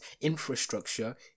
infrastructure